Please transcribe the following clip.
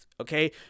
okay